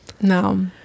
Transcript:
No